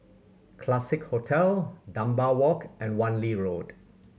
Classique Hotel Dunbar Walk and Wan Lee Road